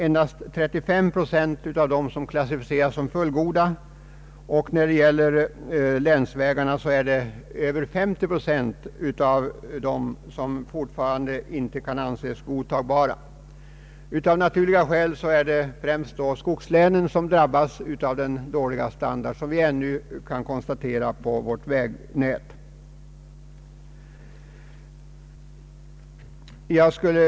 Endast 35 procent av riksvägarna kan klassificeras som fullgoda, och över 50 procent av länsvägarna kan fortfarande inte anses godtagbara. Av naturliga skäl är det främst skogslänen som drabbas av den dåliga standard som ännu kan konstateras när det gäller vårt vägnät.